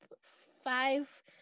five